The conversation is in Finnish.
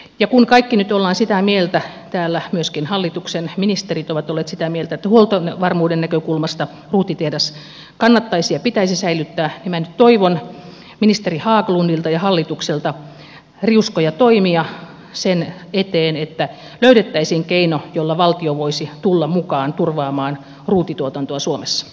ja kun kaikki nyt olemme sitä mieltä täällä myöskin hallituksen ministerit ovat olleet sitä mieltä että huoltovarmuuden näkökulmasta ruutitehdas kannattaisi ja pitäisi säilyttää niin minä nyt toivon ministeri haglundilta ja hallitukselta riuskoja toimia sen eteen että löydettäisiin keino jolla valtio voisi tulla mukaan turvaamaan ruutituotantoa suomessa